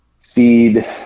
feed